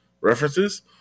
references